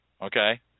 Okay